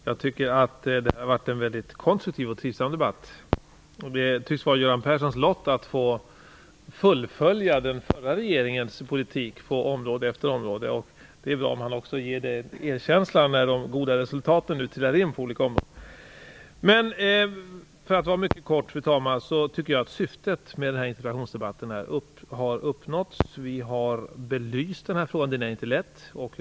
Fru talman! Debatten har varit väldigt konstruktiv och trivsam. Det tycks vara Göran Perssons lott att få fullfölja den förra regeringens politik på område efter område, och det är bra om han också visar sin erkänsla för det när nu de goda resultaten trillar in på olika områden. Jag anser, fru talman, att syftet med den här interpellationsdebatten har uppnåtts. Vi har belyst den här frågan, som inte är lätt.